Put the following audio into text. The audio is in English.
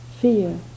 fear